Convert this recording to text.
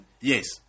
Yes